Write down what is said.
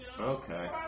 okay